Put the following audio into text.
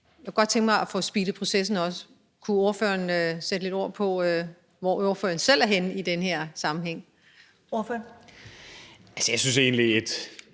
jeg kunne godt tænke mig at få speedet processen op. Kunne ordføreren sætte nogle ord på, hvor ordføreren selv er henne i den her sammenhæng? Kl.